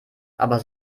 aber